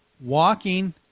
walking